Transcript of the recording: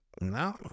no